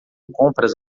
compras